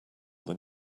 than